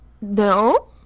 No